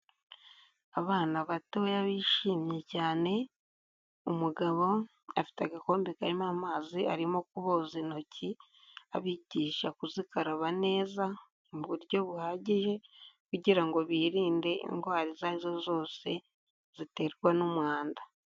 Abana batoya bishimye cyane, umugabo afite agakombe karimo amazi arimo kuboza intoki, abigisha kuzikaraba neza, mu buryo buhagije kugira ngo birinde indwara izo ari zo zose ziterwa n'umwanda.